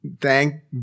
thank